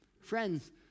Friends